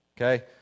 okay